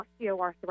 osteoarthritis